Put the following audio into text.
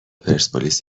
پرسپولیس